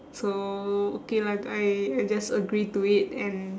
so okay lah I I just agree to it and